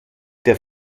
der